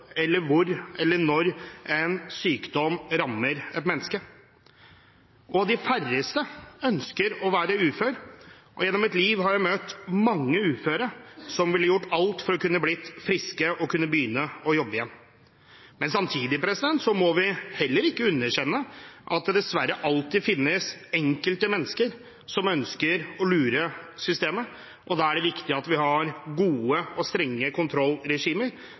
en sykdom rammer et menneske, og de færreste ønsker å være uføre. Gjennom livet har jeg møtt mange uføre som ville gjort alt for å kunne bli friske og begynne å jobbe igjen. Men vi må heller ikke underkjenne at det dessverre alltid finnes enkelte mennesker som ønsker å lure systemet. Da er det viktig at vi har gode og strenge kontrollregimer